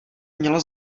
mělo